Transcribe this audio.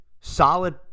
Solid